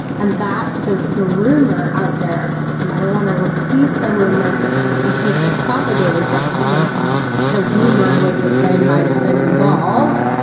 and the the rumor out there, and i don't want to repeat the rumor in case it's propagated, but you know the rumor was that they might have been involved.